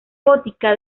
gótica